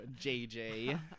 JJ